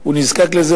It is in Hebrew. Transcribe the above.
שהוא נזקק לזה,